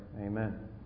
Amen